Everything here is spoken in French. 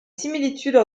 similitudes